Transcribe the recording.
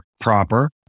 proper